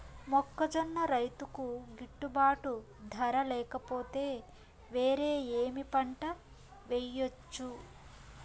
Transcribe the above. మొక్కజొన్న రైతుకు గిట్టుబాటు ధర లేక పోతే, వేరే ఏమి పంట వెయ్యొచ్చు?